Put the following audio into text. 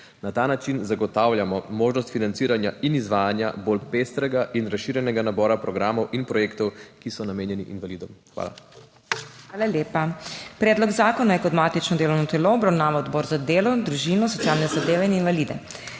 Na ta način zagotavljamo možnost financiranja in izvajanja bolj pestrega in razširjenega nabora programov in projektov, ki so namenjeni invalidom. Hvala. **PODPREDSEDNICA MAG. MEIRA HOT:** Hvala lepa. Predlog zakona je kot matično delovno telo obravnaval Odbor za delo, družino, socialne zadeve in invalide.